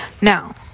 Now